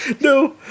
No